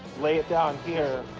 lay it down here.